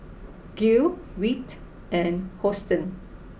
Gil Wirt and Hosteen